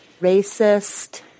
racist